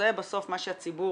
זה בסוף מה שהציבור